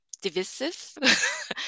divisive